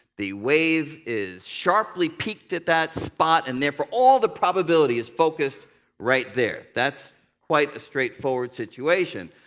the wave is sharply peaked at that spot, and therefore all the probability is focused right there. that's quite a straightforward situation.